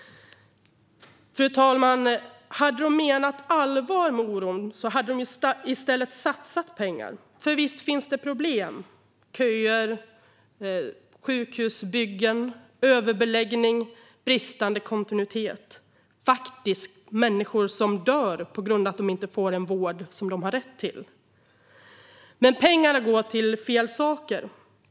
Fru talman! Hade de menat allvar med oron hade de i stället satsat pengar. För visst finns det problem: köer, sjukhusbyggen, överbeläggning, bristande kontinuitet och, faktiskt, att människor dör på grund av att de inte får den vård de har rätt till. Men pengarna går till fel saker.